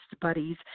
buddies